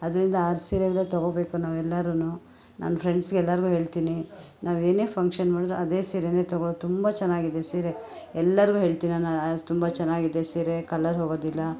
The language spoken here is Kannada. ಆದ್ದರಿಂದ ಆ ಸೀರೆಗಳು ತೊಗೋಬೇಕು ನಾವು ಎಲ್ಲರುನು ನನ್ನ ಫ್ರೆಂಡ್ಸ್ಗೆಲ್ರಿಗೂ ಹೇಳ್ತೀನಿ ನಾವೇನೇ ಫಂಕ್ಷನ್ ಮಾಡಿದ್ರು ಅದೇ ಸೀರೆನೇ ತೊಗೊಳ್ಳೋದು ತುಂಬ ಚೆನ್ನಾಗಿದೆ ಸೀರೆ ಎಲ್ರಿಗೂ ಹೇಳ್ತೀನಿ ನಾನು ತುಂಬ ಚೆನ್ನಾಗಿದೆ ಸೀರೆ ಕಲರ್ ಹೋಗೋದಿಲ್ಲ